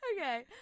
okay